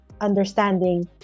understanding